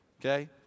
Okay